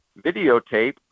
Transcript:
videotape